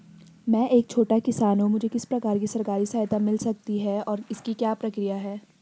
मैं एक छोटा किसान हूँ मुझे किस प्रकार की सरकारी सहायता मिल सकती है और इसकी क्या प्रक्रिया है?